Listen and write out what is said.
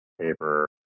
paper